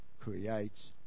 creates